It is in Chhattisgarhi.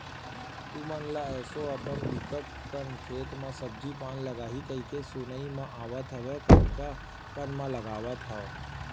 तुमन ल एसो अपन बिकट कन खेत म सब्जी पान लगाही कहिके सुनाई म आवत हवय कतका कन म लगावत हव?